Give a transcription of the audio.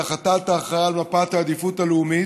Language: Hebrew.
דחתה את ההכרעה על מפת העדיפות הלאומית.